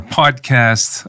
podcast